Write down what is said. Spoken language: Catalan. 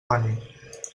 paner